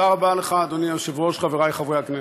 תודה רבה לך, אדוני היושב-ראש, חבריי חברי הכנסת,